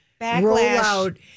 rollout